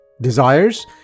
desires